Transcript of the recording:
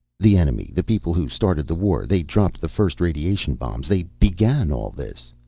the enemy. the people who started the war. they dropped the first radiation bombs. they began all this.